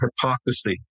hypocrisy